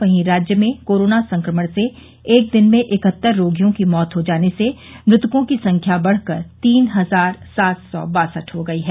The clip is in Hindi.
वहीं राज्य में कोरोना संक्रमण से एक दिन में इकहत्तर रोगियों की मौत हो जाने से मृतक संख्या बढ़कर तीन हजार सात सौ बासठ हो गई है